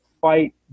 fight